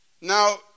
Now